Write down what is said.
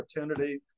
opportunity